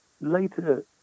Later